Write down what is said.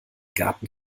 garten